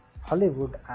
Hollywood